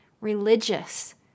religious